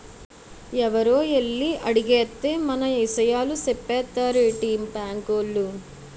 ఎవరో ఎల్లి అడిగేత్తే మన ఇసయాలు సెప్పేత్తారేటి బాంకోలు?